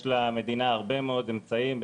יש למדינה הרבה מאוד אמצעים,